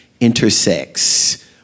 intersects